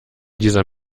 dieser